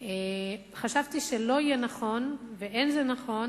חשבתי שלא יהיה נכון ואין זה נכון